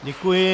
Děkuji.